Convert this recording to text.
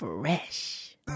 Fresh